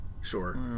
Sure